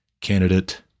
candidate